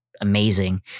amazing